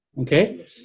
Okay